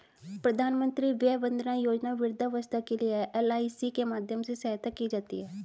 प्रधानमंत्री वय वंदना योजना वृद्धावस्था के लिए है, एल.आई.सी के माध्यम से सहायता की जाती है